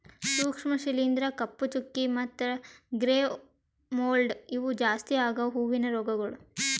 ಸೂಕ್ಷ್ಮ ಶಿಲೀಂಧ್ರ, ಕಪ್ಪು ಚುಕ್ಕಿ ಮತ್ತ ಗ್ರೇ ಮೋಲ್ಡ್ ಇವು ಜಾಸ್ತಿ ಆಗವು ಹೂವಿನ ರೋಗಗೊಳ್